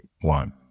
One